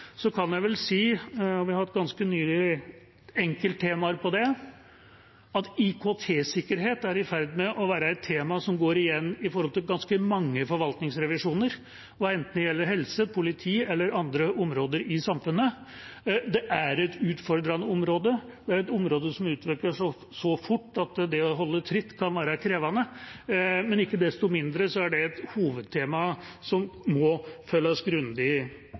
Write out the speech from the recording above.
så kan jeg vel si – og vi har ganske nylig hatt enkelttemaer på det – at IKT-sikkerhet er i ferd med å bli et tema som går igjen i ganske mange forvaltningsrevisjoner, enten det gjelder helse, politi eller andre områder i samfunnet. Det er et utfordrende område. Det er et område som utvikler seg så fort at det å holde tritt kan være krevende, men ikke desto mindre er det et hovedtema som må følges grundig